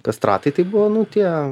kastratai tai buvo nu tie